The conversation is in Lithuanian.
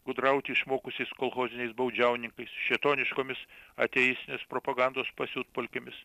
gudrauti išmokusiais kolchoziniais baudžiauninkais šėtoniškomis ateistinės propagandos pasiutpolkėmis